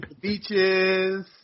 beaches